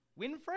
Winfrey